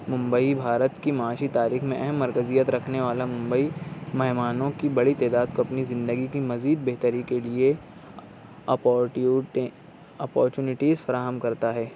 ممبئی بھارت کی معاشی تاریخ میں اہم مرکزیت رکھنے والا ممبئی مہمانوں کی بڑی تعداد کو اپنی زندگی کی مزید بہتری کے لیے اپارٹیوٹی اپارچونیٹیز فراہم کرتا ہے